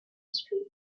street